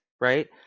right